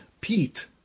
Pete